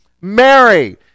mary